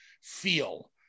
feel